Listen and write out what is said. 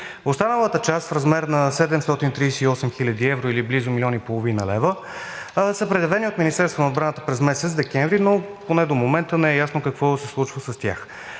Останалата част в размер на 738 хил. евро, или близо 1,5 млн. лв. са предявени от Министерството на отбраната през месец декември, но поне до момента не е ясно какво се случва с тях.